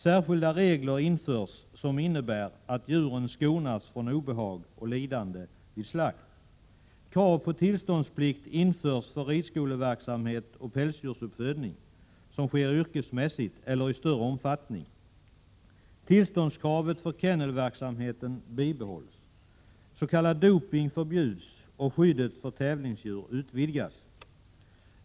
Särskilda regler införs som innebär att djuren skonas från obehag och lidande vid slakt. Krav på tillståndsplikt införs för ridskoleverksamhet och pälsdjursuppfödning, som sker yrkesmässigt eller i större omfattning. Tillståndskravet för kennelverksamhet bibehålls, s.k. doping förbjuds och skyddet för tävlingsdjur utvidgas.